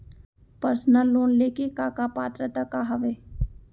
Personal loan ले के का का पात्रता का हवय?